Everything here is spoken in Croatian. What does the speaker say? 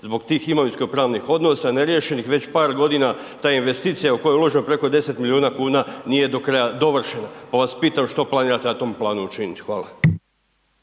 Zbog tih imovinsko pravnih odnosa neriješenih već par godina ta investicija u koju je uloženo preko 10 miliona kuna nije do kraja dovršena. Pa vas pitam što planirate na tom planu učiniti? Hvala.